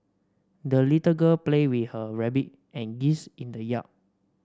the little girl played with her rabbit and geese in the yard